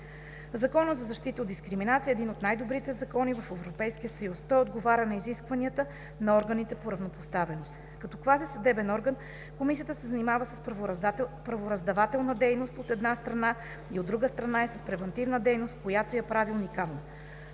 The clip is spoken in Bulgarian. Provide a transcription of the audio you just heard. Законът за защита от дискриминация е един от най-добрите закони в Европейския съюз, който отговаря на изискванията на органите по равнопоставеност. Като квазисъдебен орган Комисията се занимава с правораздавателна дейност, от една страна, и от друга страна, е с превантивна дейност, което я прави уникална.